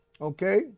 okay